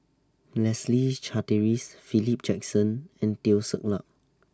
Leslie Charteris Philip Jackson and Teo Ser Luck